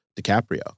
DiCaprio